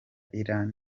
iran